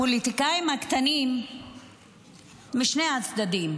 הפוליטיקאים הקטנים משני הצדדים,